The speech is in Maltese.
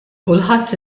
kulħadd